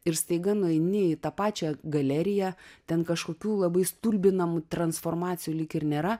ir staiga nueini į tą pačią galeriją ten kažkokių labai stulbinamų transformacijų lyg ir nėra